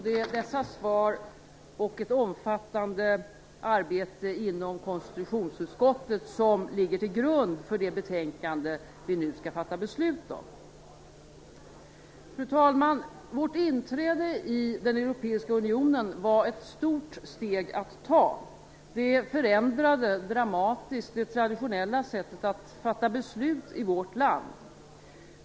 Det är dessa svar, och ett omfattande arbete inom konstitutionsutskottet, som ligger till grund för det betänkande vi nu skall fatta beslut om. Fru talman! Vårt inträde i den europeiska unionen var ett stort steg att ta. Det förändrade dramatiskt det traditionella sättet att fatta beslut i vårt land.